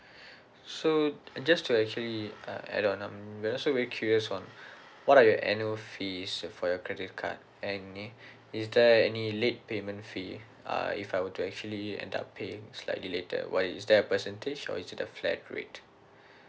so just to actually uh add on I'm also very curious on what are your annual fees uh for your credit card any is there any late payment fee uh if I were to actually end up paying slightly later while is there a percentage or is it a flat rate